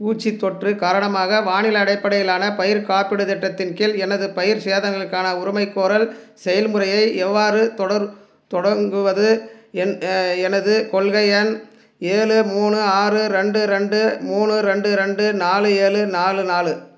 பூச்சித் தொற்று காரணமாக வானிலை அடிப்படையிலான பயிர் காப்பீடுத் திட்டத்தின் கீழ் எனது பயிர்ச் சேதங்களுக்கான உரிமைகோரல் செயல்முறையை எவ்வாறு தொடர் தொடங்குவது என் எனது கொள்கை எண் ஏழு மூணு ஆறு ரெண்டு ரெண்டு மூணு ரெண்டு ரெண்டு நாலு ஏழு நாலு நாலு